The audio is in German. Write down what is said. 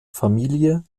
familie